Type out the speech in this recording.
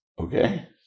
Okay